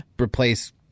replace